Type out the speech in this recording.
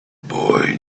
boy